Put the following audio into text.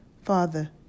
Father